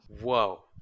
Whoa